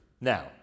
Now